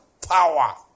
power